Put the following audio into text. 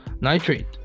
nitrate